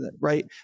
right